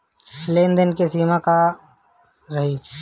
लेन देन के सिमा का रही?